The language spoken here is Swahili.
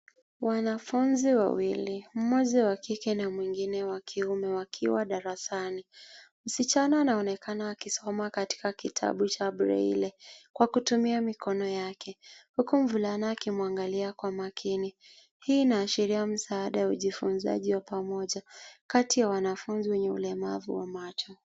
Wanafunzi wawili, mmoja wa kike na mwingine wa kiume wakiwa darasani. Msichana anaonekana akisoma katika kitabu cha braille ,kwa kutumia mikono yake, huku mvulana akimwangalia kwa makini. Hii inaashiria msaada ujifunzaji wa pamoja, kati ya wanafunzi wenye ulemavu wa macho.